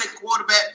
quarterback